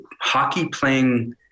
hockey-playing